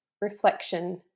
reflection